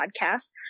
podcast